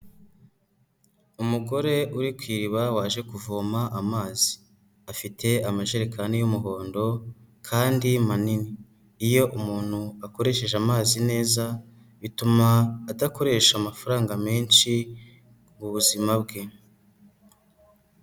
Umugore uri ku iriba waje kuvoma amazi. Afite amajerekani y'umuhondo kandi manini. Iyo umuntu akoresheje amazi neza, bituma adakoresha amafaranga menshi mu buzima bwe.